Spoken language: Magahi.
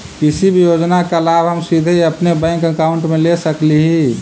किसी भी योजना का लाभ हम सीधे अपने बैंक अकाउंट में ले सकली ही?